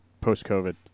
post-COVID